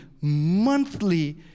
monthly